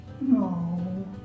No